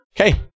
Okay